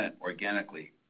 organically